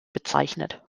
bezeichnet